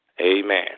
amen